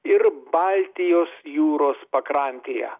ir baltijos jūros pakrantėje